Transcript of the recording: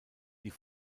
die